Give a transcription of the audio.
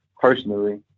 personally